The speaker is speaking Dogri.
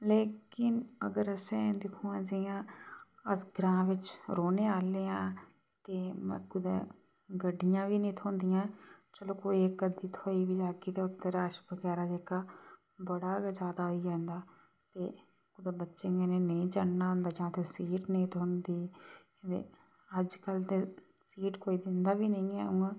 ते कि अगर असें दिक्खो हां जियां अस ग्रांऽ बिच्च रौह्ने आह्ले आं ते कुतै गड्डियां बी नेईं थ्होंदियां चलो कोई इक अद्धी थ्होई बी जाह्गी तां ओत्त रश बगैरा जेह्का बड़ा गै ज्यादा होई जंदा ते बच्चे कन्नै नेई चढ़ना होंदा जां कोई सीट नेईं थ्होंदी ते अज्जकल ते सीट कोई दिंदा बी नेईं ऐ उ'यां